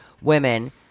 women